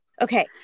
Okay